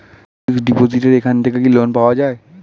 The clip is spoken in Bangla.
ফিক্স ডিপোজিটের এখান থেকে কি লোন পাওয়া যায়?